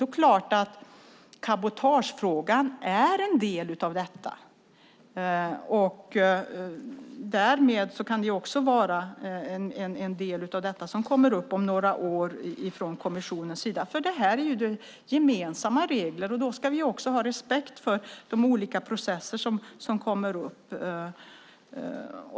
Det är klart att cabotagefrågan är en del av detta. Därmed kan det också vara en del av detta som kommer upp om några år ifrån kommissionens sida. Det är nämligen gemensamma regler, och då ska vi också ha respekt för de olika processer som kommer upp.